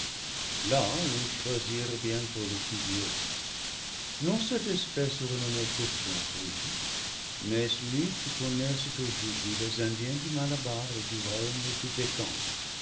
là ils choisirent bientôt le figuier non cette espèce renommée pour son fruit mais celui que connaissent aujourd'hui les indiens du malabar et du royaume